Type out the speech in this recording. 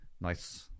nice